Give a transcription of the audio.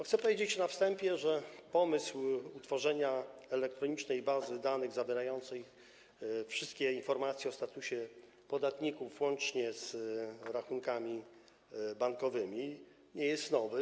Chcę powiedzieć na wstępie, że pomysł utworzenia elektronicznej bazy danych zawierającej wszystkie informacje o statusie podatników, łącznie z rachunkami bankowymi, nie jest nowy.